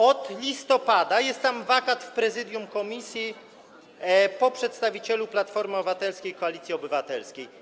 Od listopada jest tam wacat w prezydium komisji po przedstawicielu Platformy Obywatelskiej - Koalicji Obywatelskiej.